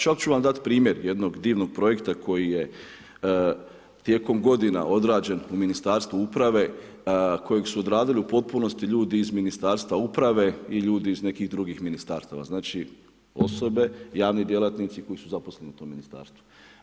Čak ču vam dati primjer jednog divnog projekta koji je tijekom godina odrađen u Ministarstvu uprave kojeg su odradili u potpunosti iz Ministarstva uprave i ljudi iz nekih drugih ministarstava, znači osobe, javni djelatnici koji su zaposleni u tom ministarstvu.